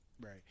Right